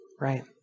right